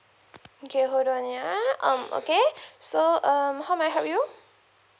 okay hold on ya um okay so um how may I help you